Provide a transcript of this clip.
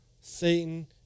Satan